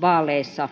vaaleissa